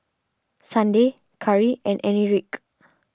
Sunday Cari and Enrique